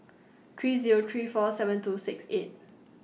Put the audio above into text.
three Zero three four seven two six eight